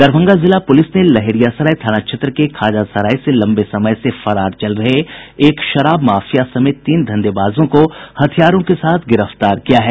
दरभंगा जिला पुलिस ने लहेरियासराय थाना क्षेत्र के खाजासराय से लंबे समय से फरार चल रहे एक शराब माफिया समेत तीन धंधेबाजों को हथियारों के साथ गिरफ्तार किया है